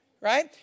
right